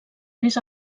més